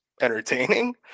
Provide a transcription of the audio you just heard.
entertaining